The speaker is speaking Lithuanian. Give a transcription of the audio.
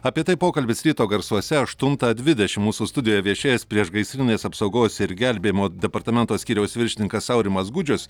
apie tai pokalbis ryto garsuose aštuntą dvidešim mūsų studijoje viešėjęs priešgaisrinės apsaugos ir gelbėjimo departamento skyriaus viršininkas aurimas gudžius